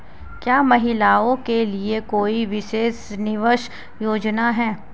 क्या महिलाओं के लिए कोई विशेष निवेश योजना है?